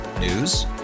News